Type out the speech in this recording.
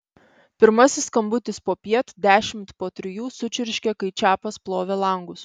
pirmasis skambutis popiet dešimt po trijų sučirškė kai čapas plovė langus